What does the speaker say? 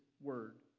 word